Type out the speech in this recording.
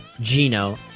Gino